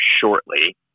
shortly